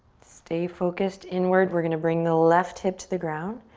stay focused inward. we're gonna bring the left hip to the ground,